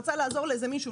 רצה לעזור לאיזה מישהו,